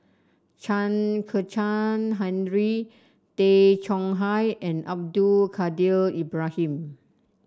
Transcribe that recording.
Chen Kezhan Henri Tay Chong Hai and Abdul Kadir Ibrahim